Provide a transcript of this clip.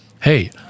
hey